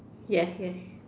yes yes